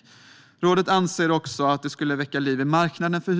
Finanspolitiska rådet anser också att man genom att genomföra dessa förändringar skulle väcka liv i marknaden för